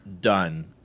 done